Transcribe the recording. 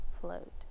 float